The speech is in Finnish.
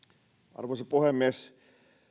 arvoisa puhemies